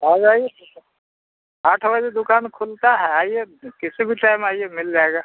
आ जाइए आठ बजे दुकान खुलती है आइए किसी भी टाइम आइए मिल जाएगी